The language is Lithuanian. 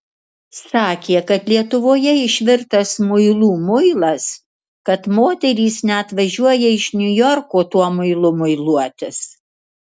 sakė kad lietuvoje išvirtas muilų muilas kad moterys net važiuoja iš niujorko tuo muilu muiluotis